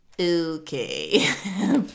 okay